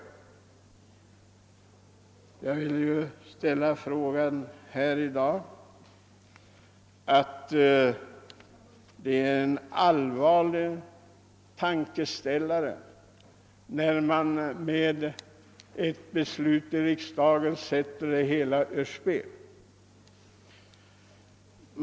Här i dag vill jag säga att det finns anledning till en allvarlig tankeställare, när man sätter det hela ur spel.